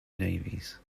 navies